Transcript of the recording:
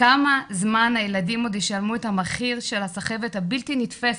כמה זמן הילדים עוד ישלמו את המחיר של הסחבת הבלתי נתפסת,